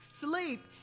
sleep